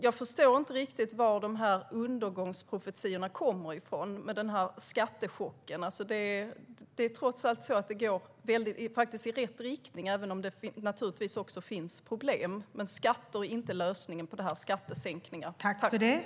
Jag förstår inte riktigt varifrån de här undergångsprofetiorna och talet om en skattechock kommer. Det är trots allt så att det går i rätt riktning. Naturligtvis finns det problem, men skattesänkningar är inte lösningen.